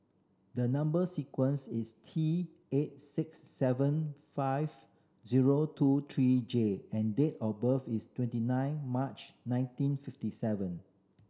number sequence is T eight six seven five zero two three J and date of birth is twenty nine March nineteen fifty seven